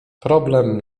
problem